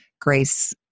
Grace